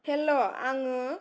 हेल' आङो